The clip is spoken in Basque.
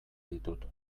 ditut